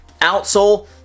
outsole